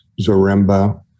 Zaremba